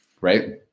Right